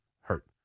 Hurt